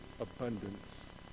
abundance